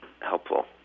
helpful